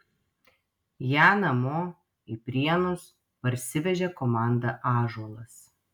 ją namo į prienus parsivežė komanda ąžuolas